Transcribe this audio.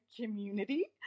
community